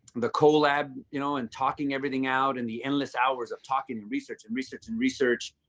the collab, you know, and talking everything out and the endless hours of talking and research and research and research.